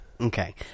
Okay